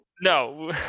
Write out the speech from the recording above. no